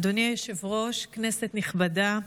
אדוני היושב-ראש, כנסת נכבדה,